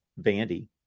Vandy